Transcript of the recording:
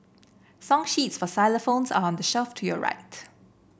song sheets for xylophones are the shelf to your right